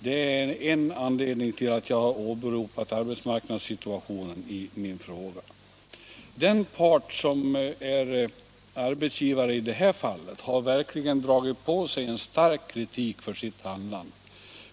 Det är en anledning till att jag har åberopat arbetsmarknadssituationen i min fråga. Den part som är arbetsgivare i det här fallet har verkligen dragit på sig stark kritik för sitt handlande.